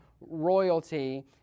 royalty